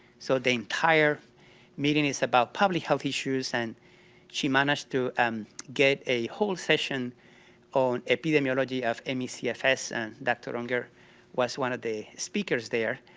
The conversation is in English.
so the entire meeting is about public health issues, and she managed to um get a whole session on epidemiology of me cfs and dr. unger was one of the speakers there,